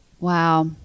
Wow